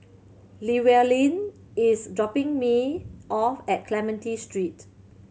Llewellyn is dropping me off at Clementi Street